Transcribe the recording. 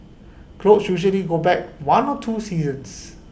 clothes usually go back one or two seasons